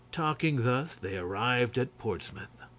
talking thus they arrived at portsmouth.